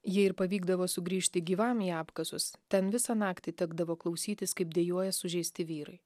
jei ir pavykdavo sugrįžti gyvam į apkasus ten visą naktį tekdavo klausytis kaip dejuoja sužeisti vyrai